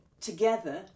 together